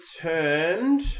turned